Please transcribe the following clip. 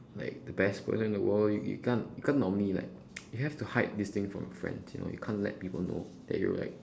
like the best player in the world you can't you can't normally like you have to hide these things from your friends you know you can't let people know that you're like